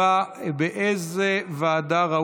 שתקבע ועדת הכנסת נתקבלה.